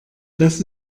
das